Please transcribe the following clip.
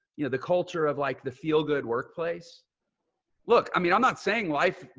you know, the culture of like the feel-good workplace look, i mean, i'm not saying life,